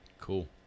cool